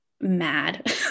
mad